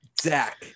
zach